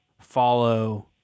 follow